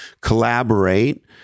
collaborate